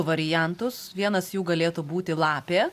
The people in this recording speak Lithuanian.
variantus vienas jų galėtų būti lapė